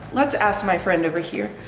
let's ask my friend over here.